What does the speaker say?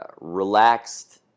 relaxed